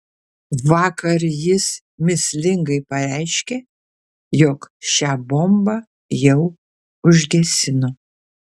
vakar jis mįslingai pareiškė jog šią bombą jau užgesino